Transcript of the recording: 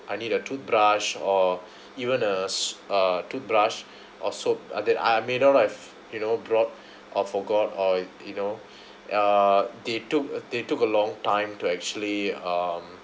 I need a toothbrush or even a a toothbrush or soap uh that I may not have you know brought or forgot or you know uh they took they took a long time to actually um